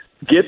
get